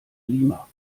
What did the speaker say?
lima